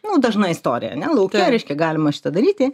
nu dažna istorija ane lauke reiškia galima šitą daryti